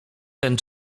ten